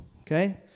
okay